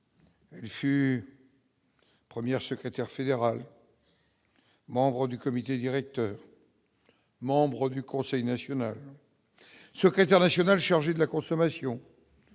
Elle fut première secrétaire fédéral, membre du comité directeur, membre du conseil national, secrétaire national chargé de la consommation,